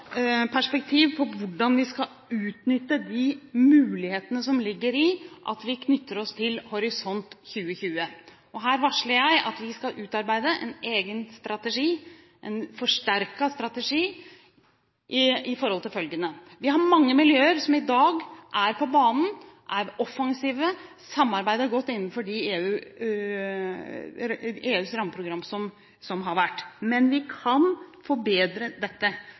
perspektiv med hensyn til hvordan vi skal utnytte de mulighetene som ligger i at vi knytter oss til Horisont 2020. Her varsler jeg at vi skal utarbeide en egen strategi – en forsterket strategi – i forhold til følgende: Vi har mange miljøer som i dag er på banen, som er offensive og samarbeider godt innenfor det som har vært EUs rammeprogram. Men vi kan forbedre dette,